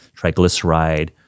triglyceride